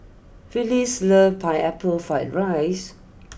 Phylis loves Pineapple Fried Rice